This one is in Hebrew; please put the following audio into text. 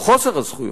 או חוסר הזכויות,